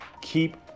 Keep